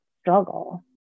struggle